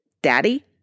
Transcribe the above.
Daddy